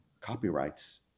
copyrights